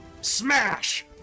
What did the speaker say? Smash